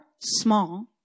small